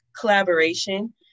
collaboration